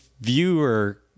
viewer